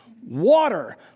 water